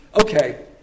Okay